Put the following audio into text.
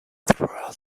throughout